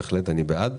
אני בהחלט בעד.